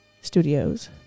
Studios